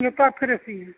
ᱡᱚᱛᱚᱣᱟᱜ ᱯᱷᱮᱨᱮᱥ ᱜᱮᱭᱟ